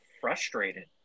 frustrated